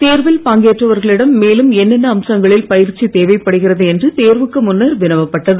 தேர்வில் பங்கேற்றவர்களிடம் மேலும் என்னென்ன அம்சங்களில் பயிற்சி தேவைப்படுகிறது என்று தேர்வுக்கு முன்னர் வினவப்பட்டது